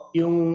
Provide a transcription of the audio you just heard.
yung